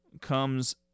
comes